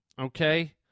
Okay